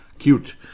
cute